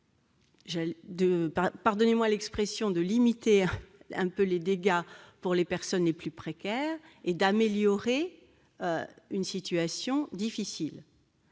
pardonnerez l'expression -de limiter quelque peu les dégâts pour les personnes les plus précaires et d'améliorer une situation difficile.